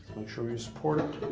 make sure you support it.